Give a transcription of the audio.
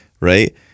right